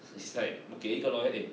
is like 我给一个 lawyer eh